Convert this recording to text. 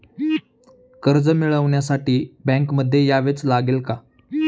कर्ज मिळवण्यासाठी बँकेमध्ये यावेच लागेल का?